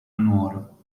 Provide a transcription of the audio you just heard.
nuoro